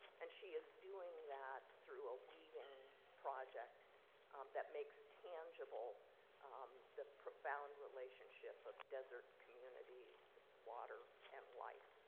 and she is doing that through a weaving project that makes tangible the profound relationship of desert communities, water and life.